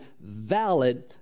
valid